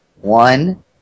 One